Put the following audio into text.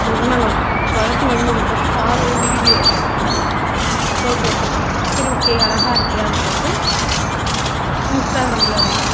அப்புறமா வளைச்சு வந்து இந்த பக்கம் காரில் வீடியோ எடுத்தோம் ஃபோட்டோ எடுத்தோம் சரி ஓகே அழகா இருக்கே அப்படினு சொல்லிட்டு இன்ஸ்டாக்ராமில்